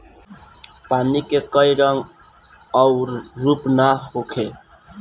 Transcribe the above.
पानी के कोई रंग अउर रूप ना होखें